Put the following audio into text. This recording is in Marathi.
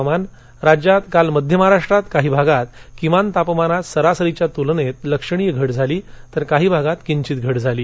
हवामान राज्यात काल मध्य महाराष्ट्रात काही भागात किमान तापमानात सरासरीच्या तुलन लक्षणीय झाली तर काही भागात किंचित घट झाली